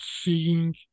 seeing